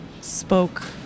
spoke